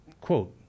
quote